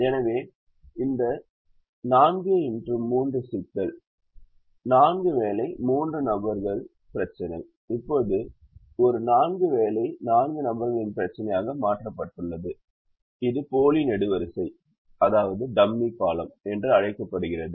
எனவே இந்த 4 x 3 சிக்கல் நான்கு வேலை மூன்று நபர்களின் பிரச்சினை இப்போது ஒரு நான்கு வேலை நான்கு நபர்களின் பிரச்சினையாக மாற்றப்பட்டுள்ளது இது போலி நெடுவரிசை என்று அழைக்கப்படுகிறது